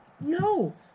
No